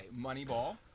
Moneyball